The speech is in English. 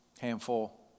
handful